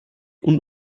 und